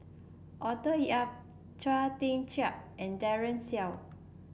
Arthur Yap Chia Tee Chiak and Daren Shiau